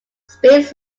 spears